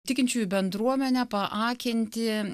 tikinčiųjų bendruomenę paakinti